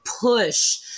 push